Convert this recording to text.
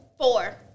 Four